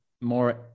more